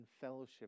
fellowship